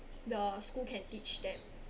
the school can teach them